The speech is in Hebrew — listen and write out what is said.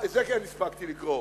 זה כן הספקתי לקרוא: